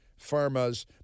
pharmas